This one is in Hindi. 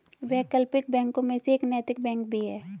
वैकल्पिक बैंकों में से एक नैतिक बैंक भी है